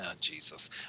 Jesus